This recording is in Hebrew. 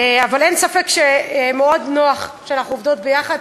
אבל אין ספק שמאוד נוח שאנחנו עובדות יחד,